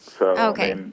Okay